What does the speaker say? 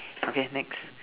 okay next